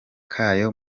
kayo